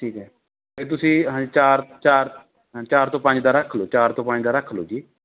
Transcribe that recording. ਠੀਕ ਹੈ ਫਿਰ ਤੁਸੀਂ ਹਾਂਜੀ ਚਾਰ ਚਾਰ ਹਾਂ ਚਾਰ ਤੋਂ ਪੰਜ ਦਾ ਰੱਖ ਲਓ ਚਾਰ ਤੋਂ ਪੰਜ ਦਾ ਰੱਖ ਲਓ ਜੀ